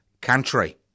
country